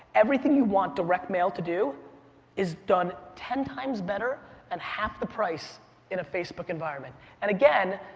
everything you want direct mail to do is done ten times better and half the price in a facebook environment. and again,